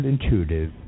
intuitive